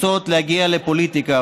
רוצות להגיע לפוליטיקה,